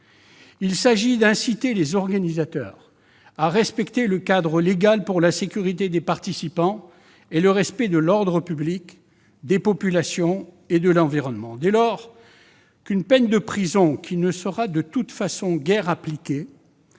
mais d'inciter les organisateurs à respecter le cadre légal, pour la sécurité des participants et le respect de l'ordre public, des populations et de l'environnement. Dès lors, plutôt qu'une peine de prison, qui ne serait de toute façon guère appliquée,